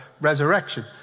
resurrection